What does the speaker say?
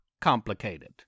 complicated